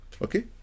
Okay